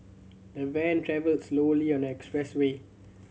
the van travelled slowly on the express way